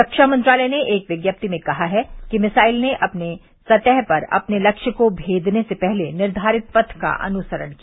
रक्षा मंत्रालय ने एक विज्ञाप्ति में कहा है कि मिसाइल ने सतह पर अपने लक्ष्य को भेदने से पहले निर्घारित पथ का अनुसरण किया